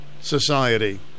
Society